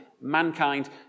mankind